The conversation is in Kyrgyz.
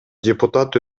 депутат